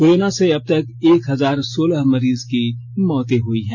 corona से अब तक एक हजार सोलह मरीज की मौतें हुई हैं